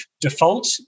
default